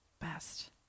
best